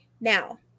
Now